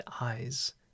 eyes